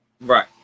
Right